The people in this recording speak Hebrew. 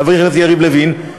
חבר הכנסת יריב לוין,